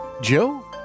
Joe